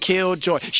Killjoy